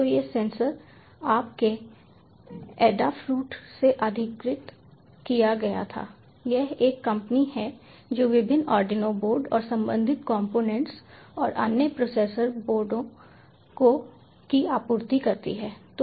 तो यह सेंसर आपके Adafruit से अधिग्रहित किया गया था यह एक कंपनी है जो विभिन्न आर्डिनो बोर्डों और संबंधित कंपोनेंट्स और अन्य प्रोसेसर बोर्डों की आपूर्ति करती है